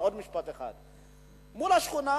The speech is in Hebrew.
עוד משפט אחד: מול השכונה